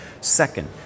Second